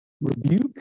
Rebuke